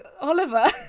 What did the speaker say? Oliver